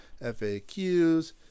FAQs